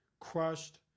crushed